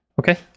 Okay